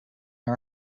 our